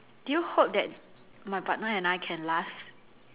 do you hope that my partner and I can last